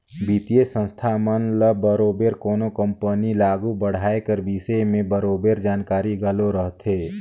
बित्तीय संस्था मन ल बरोबेर कोनो कंपनी ल आघु बढ़ाए कर बिसे में बरोबेर जानकारी घलो रहथे